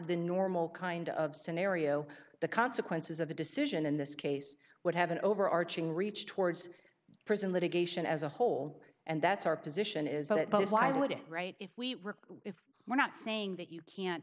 the normal kind of scenario the consequences of the decision in this case would have an overarching reach towards prison litigation as a whole and that's our position is that but why would it right if we if we're not saying that you can't